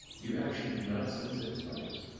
you actually do not sense any spiders.